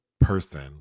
person